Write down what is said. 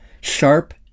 Sharp